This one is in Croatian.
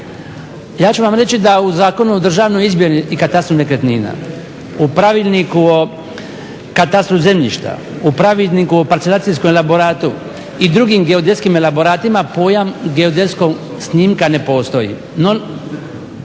Ja ću vam reći da u Zakonu o držanoj izmjeri i katastru nekretnina u Pravilniku o katastru zemljištu u Pravilniku o parcelacijskom elaboratu i drugim geodetskim elaboratima pojam geodetskog snimka ne postoji.